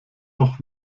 doch